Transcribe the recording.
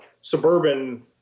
suburban